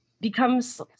becomes